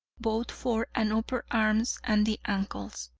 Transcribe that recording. both fore and upper arms and the ankles.